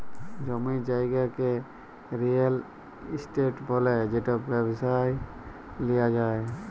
জমি জায়গাকে real estate ব্যলে যেট ব্যবসায় লিয়া যায়